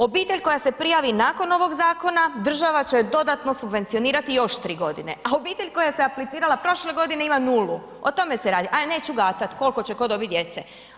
Obitelj koja se prijavi nakon ovog zakona, država će dodatno subvencionirati još 3.g., a obitelj koja se aplicirala prošle godine ima nulu, o tome se radi, aj neću gatat koliko će tko dobit djece.